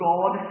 God